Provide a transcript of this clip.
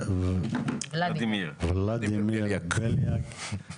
ולדימיר בליאק.